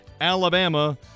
Alabama